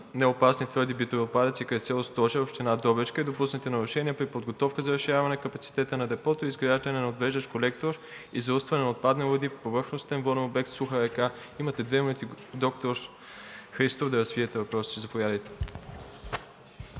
неопасни твърди битови отпадъци край село Стожер, община Добричка, и допуснати нарушения при подготовка за разширяване капацитета на депото и изграждане на отвеждащ колектор и заустване на отпадни води в повърхностен воден обект „Суха река“. Имате две минути, доктор Христов, да развиете въпроса. Заповядайте.